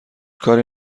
کاری